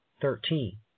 Thirteen